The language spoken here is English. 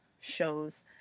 shows